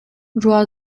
rua